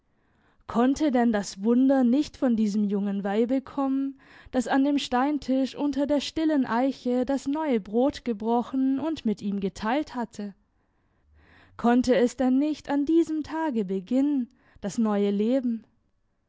konnte denn das wunder nicht von diesem jungen weibe kommen das an dem steintisch unter der stillen eiche das neue brot gebrochen und mit ihm geteilt hatte konnte es denn nicht an diesem tage beginnen das neue leben